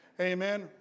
Amen